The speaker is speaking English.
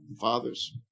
Fathers